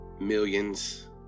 Millions